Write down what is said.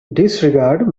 disregard